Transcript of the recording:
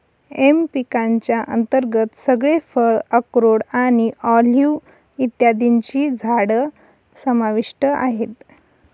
M पिकांच्या अंतर्गत सगळे फळ, अक्रोड आणि ऑलिव्ह इत्यादींची झाडं समाविष्ट आहेत